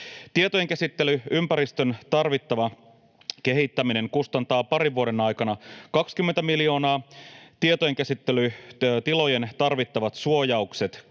Tietojenkäsittely-ympäristön tarvittava kehittäminen kustantaa parin vuoden aikana 20 miljoonaa, tietojenkäsittelytilojen tarvittavat suojaukset 6